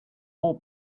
more